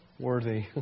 worthy